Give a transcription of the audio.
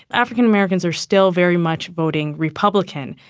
african americans are still very much voting republican.